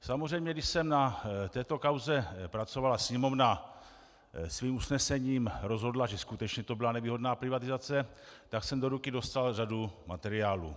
Samozřejmě když jsem na této kauze pracoval Sněmovna svým usnesením rozhodla, že to skutečně byla nevýhodná privatizace , do ruky jsem dostal řadu materiálů.